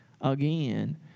again